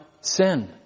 sin